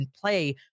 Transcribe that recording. play